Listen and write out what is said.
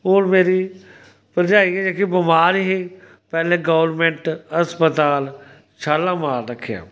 हून मेरी भरजाई गै जेह्की बमार ही पैह्लें गौरमैंट अस्पताल शालामार रक्खेआ